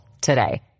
today